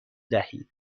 دهید